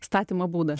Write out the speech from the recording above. statymo būdas